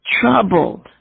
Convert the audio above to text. troubled